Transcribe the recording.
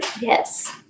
Yes